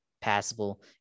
passable